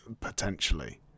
potentially